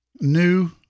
new